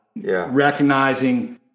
recognizing